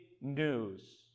news